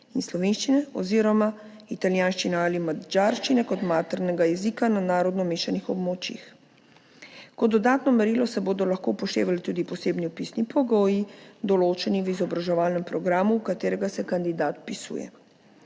in slovenščine oziroma italijanščine ali madžarščine kot maternega jezika na narodno mešanih območjih. Kot dodatno merilo se bodo lahko upoštevali tudi posebni vpisni pogoji, določeni v izobraževalnem programu, v katerega se kandidat vpisuje.